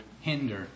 hinder